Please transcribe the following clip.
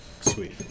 Sweet